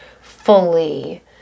fully